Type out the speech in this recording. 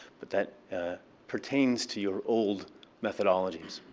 but that pertains to your old methodologies.